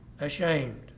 ashamed